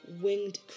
winged